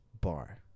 bar